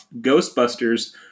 Ghostbusters